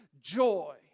joy